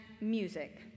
music